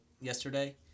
yesterday